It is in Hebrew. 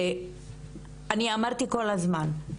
אמרתי כל הזמן,